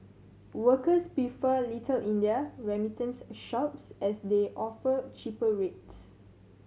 workers prefer Little India remittance shops as they offer cheaper rates